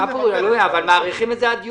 אבל מאריכים את זה עד יוני,